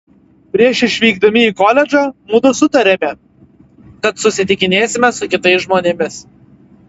prieš išvykdami į koledžą mudu sutarėme kad susitikinėsime su kitais žmonėmis